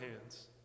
hands